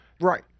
Right